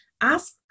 Ask